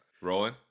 Rolling